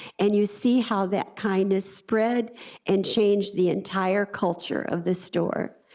and you see how that kindness spread and changed the entire culture of the store.